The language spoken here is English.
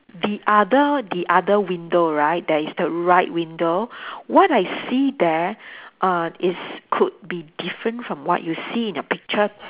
the other the other window right there is the right window what I see there err is could be different from what you see in your picture